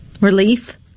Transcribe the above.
Relief